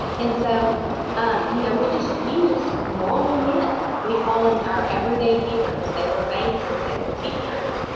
and so um you know we just use normal men. we call them our everyday heroes. they were bankers, they were teachers,